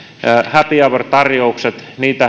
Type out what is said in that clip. happy hour tarjouksia